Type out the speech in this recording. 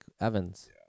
Evans